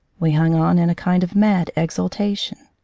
we hung on in a kind of mad exultation.